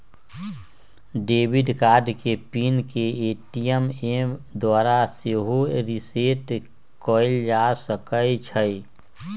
debit card के PIN के ATM द्वारा सेहो रीसेट कएल जा सकै छइ